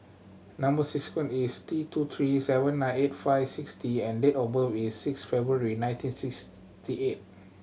number sequence is T two three seven nine eight five six D and date of birth is six February nineteen sixty eight